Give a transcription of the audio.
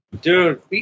dude